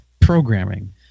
programming